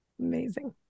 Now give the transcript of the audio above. Amazing